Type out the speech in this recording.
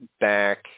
back